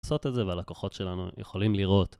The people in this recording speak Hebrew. לעשות את זה והלקוחות שלנו יכולים לראות